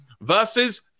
versus